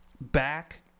back